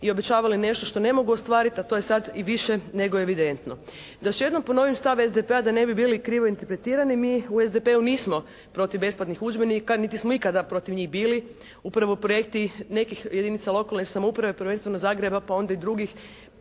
i obećavali nešto što ne mogu ostvariti, a to je sad i više nego evidentno. Da još jednom ponovim stav SDP-a da ne bi bili krivo interpretirani mi u SDP-u nismo protiv besplatnih udžbenika niti smo ikada protiv njih bili. Upravo projekti nekih jedinica lokalnih samouprave prvenstveno Zagreba pa i onda drugih